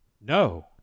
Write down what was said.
No